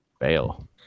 Fail